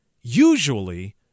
usually